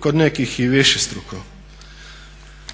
kod nekih i višestruko.